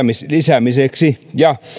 lisäämiseksi ja